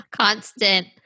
constant